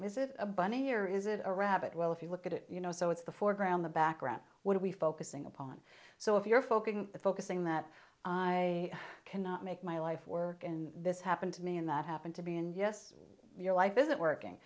is it a bunny here is it a rabbit well if you look at it you know so it's the foreground the background what are we focusing upon so if you're focusing the focusing that i cannot make my life work and this happened to me and that happened to be and yes your life isn't working